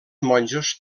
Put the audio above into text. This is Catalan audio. monjos